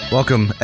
Welcome